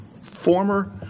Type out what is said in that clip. former